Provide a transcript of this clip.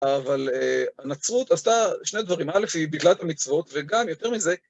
אבל הנצרות עשתה שני דברים, אלף היא ביטלה את המצוות, וגם יותר מזה,